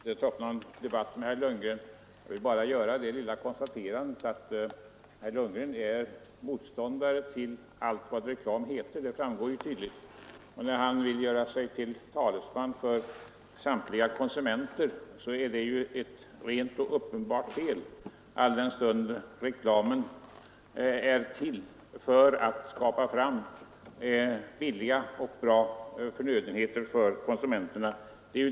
Herr talman! Jag skall inte ta upp någon debatt med herr Lundgren; jag vill bara göra det lilla konstaterandet att herr Lundgren tydligen är motståndare till allt vad reklam heter. Att han skulle vara talesman för samtliga konsumenter är emellertid uppenbarligen fel; reklamen är ju till för att få fram billiga och bra förnödenheter för konsumenterna.